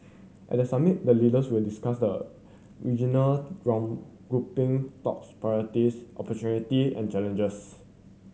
at the summit the leaders will discuss the regional grouping tops priorities opportunity and challenges